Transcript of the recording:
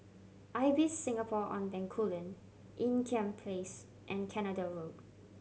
Ibis Singapore On Bencoolen Ean Kiam Place and Canada Road